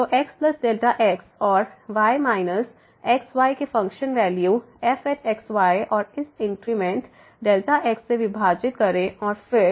तो xΔx और y minus x y के फ़ंक्शन वैल्यू fx y और इस इंक्रीमेंट Δx से विभाजित करें और फिर x→0ले